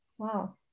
Wow